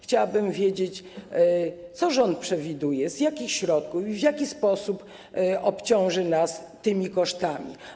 Chciałabym wiedzieć, co rząd przewiduje, z jakich środków to pokryje i w jaki sposób obciąży nas tymi kosztami.